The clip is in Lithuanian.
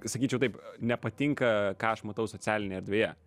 sakyčiau taip nepatinka ką aš matau socialinėje erdvėje